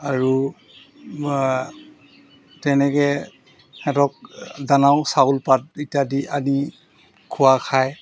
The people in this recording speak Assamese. আৰু তেনেকে সিহঁতক দানাও চাউল পাত ইত্যাদি আদি খোৱা খায়